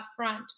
upfront